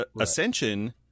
Ascension